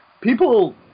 people